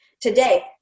Today